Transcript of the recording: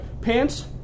Pants